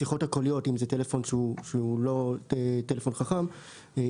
הפעלנו את השיחות הקוליות בטלפון שהוא לא טלפון חכם,